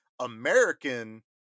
American